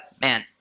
man